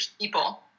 people